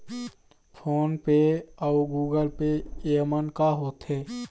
Phone पे अउ Google Pay येमन का होते?